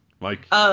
Mike